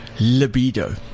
Libido